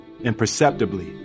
imperceptibly